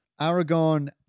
Aragon